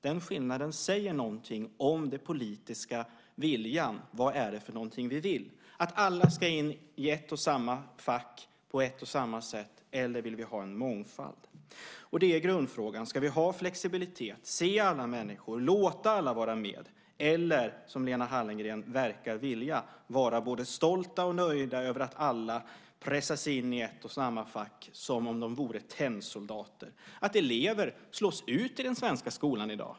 Den skillnaden säger någonting om den politiska viljan. Vad är det för någonting vi vill? Vill vi att alla ska in i ett och samma fack på ett och samma sätt, eller vill vi ha en mångfald? Det är grundfrågan. Ska vi ha flexibilitet, se alla människor, låta alla vara med? Eller ska vi, som Lena Hallengren verkar vilja, vara både stolta och nöjda över att alla pressas in i ett och samma fack som om de vore tennsoldater, att elever slås ut i den svenska skolan i dag?